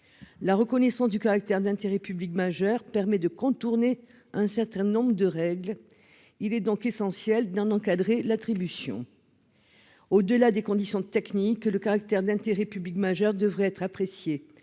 La reconnaissance de la raison impérative d'intérêt public majeur permet de contourner un certain nombre de règles ; il est donc essentiel d'en encadrer l'attribution. Au-delà des conditions techniques, la raison impérative d'intérêt public majeur devrait être appréciée